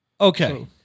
Okay